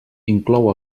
inclou